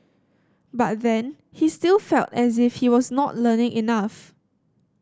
but then he still felt as if he was not learning enough